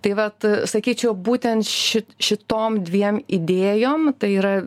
tai vat sakyčiau būtent ši šitom dviem idėjom tai yra